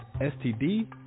STD